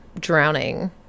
drowning